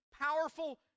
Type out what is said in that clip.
powerful